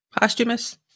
posthumous